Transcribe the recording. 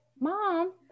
Mom